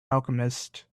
alchemist